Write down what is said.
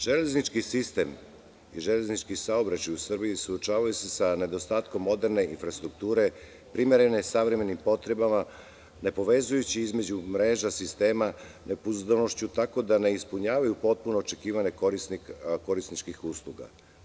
Železnički sistem i železnički saobraćaj u Srbiji suočavaju se sa nedostatkom moderne infrastrukture, primerene savremenim potrebama nepovezujući između mreža sistema nepouzdanošću, tako da ne ispunjavaju potpuna očekivanja korisnika korisničkih usluga.